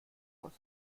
aus